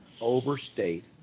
overstate